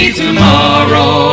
tomorrow